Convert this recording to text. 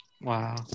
Wow